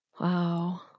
Wow